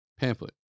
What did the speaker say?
Pamphlet